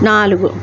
నాలుగు